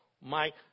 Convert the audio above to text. Mike